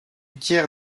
tiers